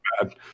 bad